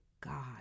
God